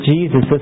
Jesus